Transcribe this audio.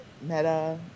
meta